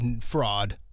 fraud